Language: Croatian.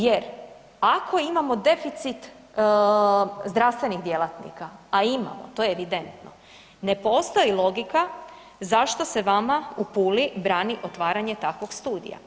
Jer ako imamo deficit zdravstvenih djelatnika, a imamo to je evidentno ne postoji logika zašto se vama u Puli brani otvaranje takvog studija.